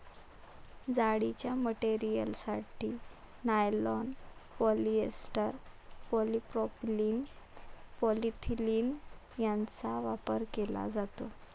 जाळीच्या मटेरियलसाठी nylon, polyester, polypropylene, polyethylene यांचा वापर केला जातो